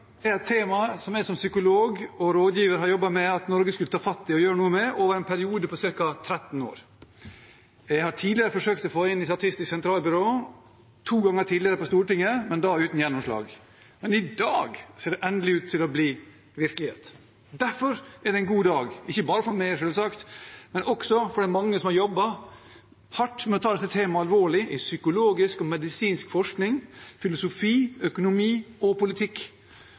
er et tema jeg som psykolog og rådgiver har jobbet med at Norge skulle ta fatt i og gjøre noe med over en periode på ca. 13 år. Jeg har tidligere forsøkt å få det inn i Statistisk sentralbyrå, to ganger tidligere på Stortinget, men da uten gjennomslag. Men i dag ser det endelig ut til å bli virkelighet. Derfor er det en god dag – ikke bare for meg, selvsagt, men også for de mange som har jobbet hardt med å ta dette temaet alvorlig i psykologisk og medisinsk forskning, filosofi, økonomi og politikk.